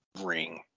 ring